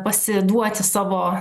pasiduoti savo